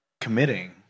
committing